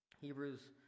hebrews